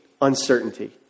uncertainty